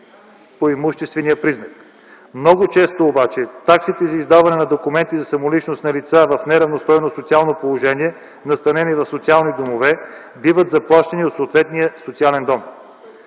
по имуществения признак. Много често обаче таксите за издаване на документи за самоличност на лица в неравностойно социално положение, настанени в социални домове, биват заплащани от съответния социален дом.